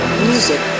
music